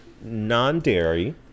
non-dairy